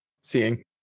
seeing